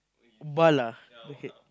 bald ah the head